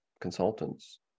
consultants